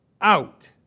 out